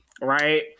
right